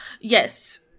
Yes